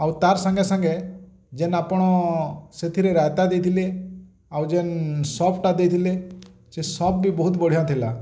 ଆଉ ତାର୍ ସାଙ୍ଗେ ସାଙ୍ଗେ ଯେନ୍ ଆପଣ ସେଥିରେ ରାଇତା ଦେଇଥିଲେ ଆଉ ଯେନ୍ ସପ୍ଟା ଦେଇଥିଲେ ସେ ସପ୍ ବି ବହୁତ ବଢ଼ିଆ ଥିଲା